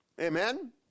Amen